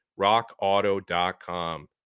RockAuto.com